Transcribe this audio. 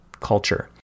culture